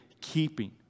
keeping